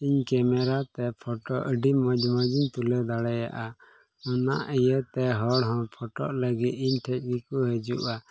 ᱤᱧ ᱠᱮᱢᱮᱨᱟᱛᱮ ᱯᱷᱳᱴᱳ ᱟᱹᱰᱤ ᱢᱚᱡᱽ ᱢᱚᱡᱤᱧ ᱛᱩᱞᱟᱹᱣ ᱫᱟᱲᱮᱭᱟᱜᱼᱟ ᱚᱱᱟ ᱤᱭᱟᱹᱛᱮ ᱦᱚᱲ ᱦᱚᱸ ᱯᱷᱳᱴᱳ ᱞᱟᱹᱜᱤᱛ ᱤᱧ ᱴᱷᱮᱱ ᱜᱮᱠᱚ ᱦᱤᱡᱩᱜᱼᱟ